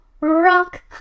rock